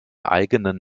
eigenen